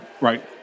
Right